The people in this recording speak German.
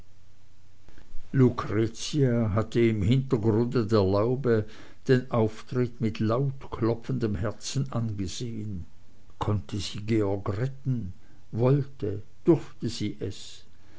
lucretia hatte im hintergrunde der laube den auftritt mit laut klopfendem herzen angesehen konnte sie georg retten wollte durfte sie es